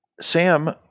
Sam